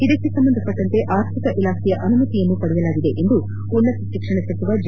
ಇದಕ್ಕೆ ಸಂಬಂಧಪಟ್ಟಂತೆ ಆರ್ಥಿಕ ಇಲಾಖೆಯ ಅನುಮತಿಯನ್ನೂ ಪಡೆಯಲಾಗಿದೆ ಎಂದು ಉನ್ನತ ಶಿಕ್ಷಣ ಸಚಿವ ಜಿ